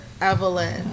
Evelyn